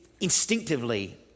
instinctively